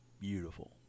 beautiful